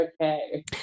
okay